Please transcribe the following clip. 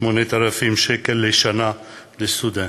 8,000 שקל לשנה לסטודנט,